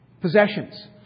possessions